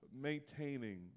maintaining